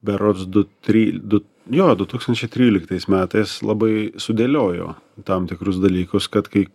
berods du try du jo du tūkstančiai tryliktais metais labai sudėliojo tam tikrus dalykus kad kai